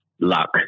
Luck